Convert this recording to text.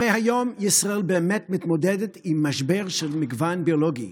הרי היום ישראל באמת מתמודדת עם משבר של מגוון ביולוגי: